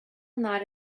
night